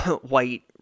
white